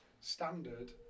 standard